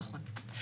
נכון.